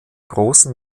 großen